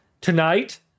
tonight